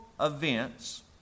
events